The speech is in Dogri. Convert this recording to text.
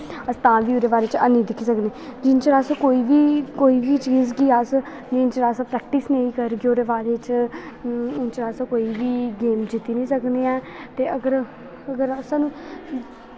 तां बी ओह्दे बारे च ऐनी दिक्खी सकने जिन्ने चिर अस कोई बी चीज गी अस जिन्ने चिर अस प्रैक्टिस नेईं करगे ओह्दे बारे च उन्नै चिर अस कोई बी गेम जित्ती निं सकदे ऐं ते अगर अगर सानूं